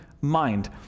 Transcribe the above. mind